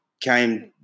came